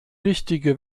richtige